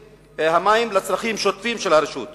ראוי לציין כי על-פי חוק תאגידי מים וביוב